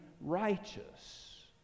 righteous